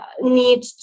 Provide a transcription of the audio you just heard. need